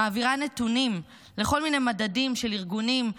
מעבירה נתונים לכל מיני מדדים של ארגונים,